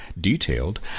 detailed